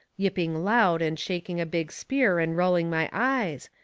yipping loud and shaking a big spear and rolling my eyes,